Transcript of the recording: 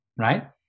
right